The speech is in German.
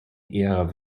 ihrer